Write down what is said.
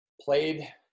played